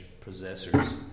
possessors